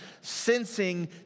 sensing